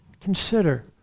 consider